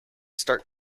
start